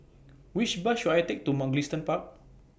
Which Bus should I Take to Mugliston Park